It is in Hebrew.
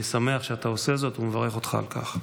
אני שמח שאתה עושה זאת ומברך אותך על כך.